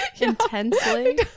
intensely